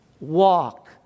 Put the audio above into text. walk